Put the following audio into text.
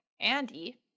Andy